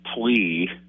plea